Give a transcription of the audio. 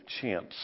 chance